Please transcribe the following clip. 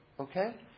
Okay